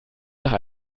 nach